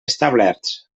establerts